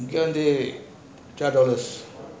twelve day twelve dollars